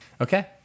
Okay